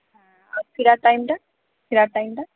হ্যাঁ আর ফেরার টাইমটা ফেরার টাইমটা